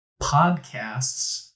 podcasts